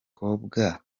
batwara